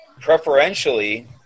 preferentially